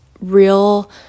real